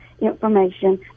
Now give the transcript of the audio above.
information